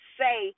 say